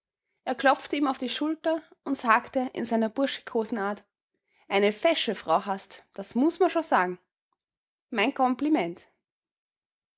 er klopfte ihm auf die schulter und sagte in seiner burschikosen art eine fesche frau hast das muß man sagen mein kompliment